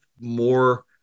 more